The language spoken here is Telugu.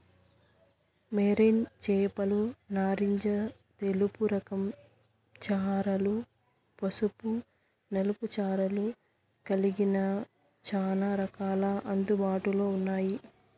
మెరైన్ చేపలు నారింజ తెలుపు రకం చారలు, పసుపు నలుపు చారలు కలిగిన చానా రకాలు అందుబాటులో ఉన్నాయి